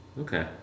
Okay